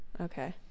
Okay